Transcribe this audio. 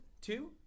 two